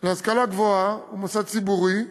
להשכלה גבוהה הוא מוסד ציבורי,